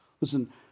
Listen